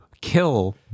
kill